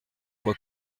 quoi